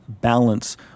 balance